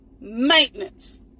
maintenance